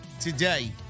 today